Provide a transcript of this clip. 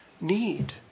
need